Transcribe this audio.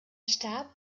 starb